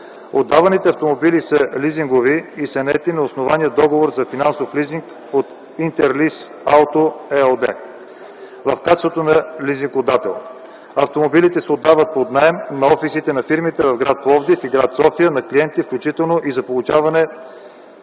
Отдаваните автомобили са лизингови и са наети на основание договор за финансов лизинг от „Интерлийз Ауто” ЕАД – в качеството си на лизингодател. Автомобилите се отдават под наем на офисите на фирмите в град Пловдив и град София, на клиенти, включително и за получаване,